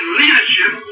leadership